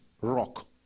rock